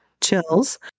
chills